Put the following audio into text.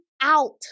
out